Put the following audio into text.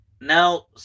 now